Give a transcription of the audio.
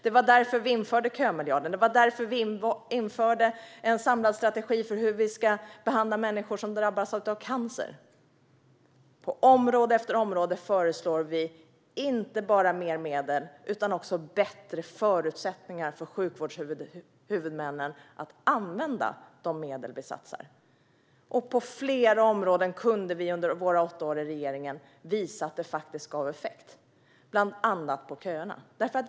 Det var därför vi införde kömiljarden. Det var därför vi införde en samlad strategi för hur vi ska behandla människor som drabbas av cancer. På område efter område föreslår vi inte bara mer medel utan också bättre förutsättningar för sjukvårdshuvudmännen att använda de medel som vi satsar. På flera områden kunde vi under våra åtta år i regeringen också visa att det gav effekt, bland annat vad gäller köerna.